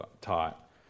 taught